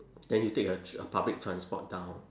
then you take a a public transport down